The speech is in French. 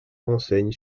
renseigne